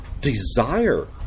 desire